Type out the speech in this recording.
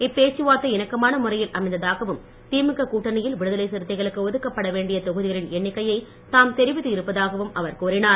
இப்பேச்சுவார்த்தை இணக்கமான முறையில் அமைந்ததாகவும் திமுக கூட்டணியில் விடுதலை சிறுத்தைகளுக்கு ஒதுக்கப்பட வேண்டிய தொகுதிகளின் எண்ணிக்கையை தாம் தெரிவித்து இருப்பதாகவும் அவர் கூறினார்